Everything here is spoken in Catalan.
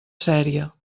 sèrie